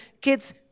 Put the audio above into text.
kids